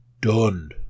done